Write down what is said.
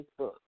Facebook